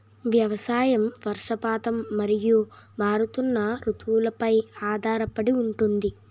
వ్యవసాయం వర్షపాతం మరియు మారుతున్న రుతువులపై ఆధారపడి ఉంటుంది